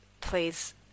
please